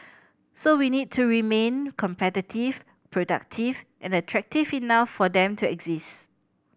so we need to remain competitive productive and attractive enough for them to exist